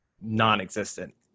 non-existent